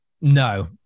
No